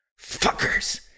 fuckers